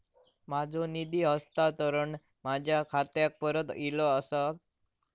माझो निधी हस्तांतरण माझ्या खात्याक परत इले आसा